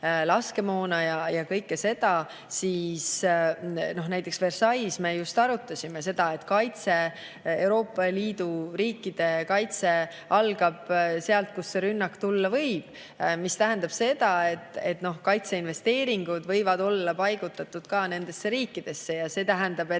laskemoona ja kõike seda, siis näiteks Versailles's me just arutasime, et Euroopa Liidu riikide kaitse algab sealt, kust rünnak võib tulla. See tähendab seda, et kaitseinvesteeringud võivad olla paigutatud ka nendesse riikidesse, ja see tähendab, et